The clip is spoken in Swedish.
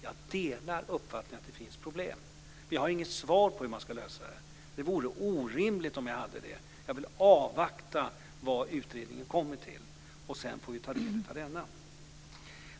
Jag delar uppfattningen att det finns problem, men jag har inget svar på hur det här ska lösas. Det vore orimligt om jag hade det - jag vill ju avvakta vad utredningen kommer fram till. Sedan får vi ta del av denna.